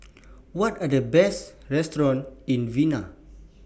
What Are The Best restaurants in Vienna